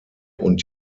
und